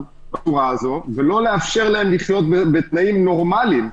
בצורה הזאת ולא נאפשר להם לחיות בתנאים נורמליים,